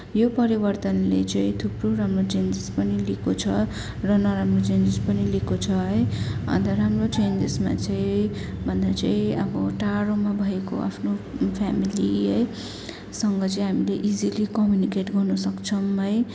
यो परिवर्तनले चाहिँ थुप्रो राम्रो चेन्जेस पनि ल्याएको छ र नराम्रो चेन्जेस पनि ल्याएको छ है अन्त राम्रो चेन्जेसमा चाहिँ भन्दा चाहिँ अब टाढोमा भएको आफ्नो फ्यामिली है सँग चाहिँ हामीले इजिली कम्युनिकेट गर्न सक्छौँ है